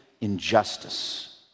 injustice